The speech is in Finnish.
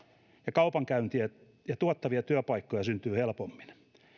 kaupankäyntiä ja tuottavia työpaikkoja syntyy helpommin